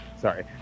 Sorry